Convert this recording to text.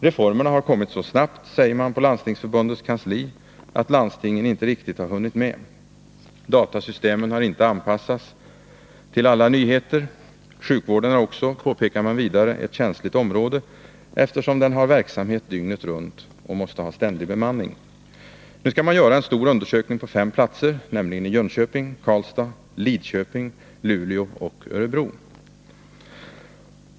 Reformerna har kommit så snabbt, säger man på Landstingsförbundets kansli, att landstingen inte riktigt har hunnit med. Datasystemen har inte kunnat anpassas till alla nyheter. Sjukvården är också, påpekar man vidare, ett känsligt område, eftersom den har verksamhet dygnet runt och måste ha ständig bemanning. Nu skall man göra en stor undersökning på fem platser, nämligen i Jönköping, Karlstad, Lidköping, Luleå och Örebro.